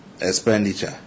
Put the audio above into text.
expenditure